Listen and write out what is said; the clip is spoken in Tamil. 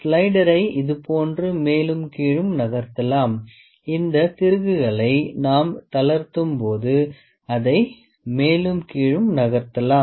ஸ்லைடரை இது போன்று மேலும் கீழும் நகர்த்தலாம் இந்த திருகுகளை நாம் தளர்த்தும் போது அதை மேலும் கீழும் நகர்த்தலாம்